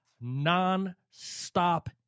non-stop